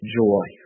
joy